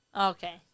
Okay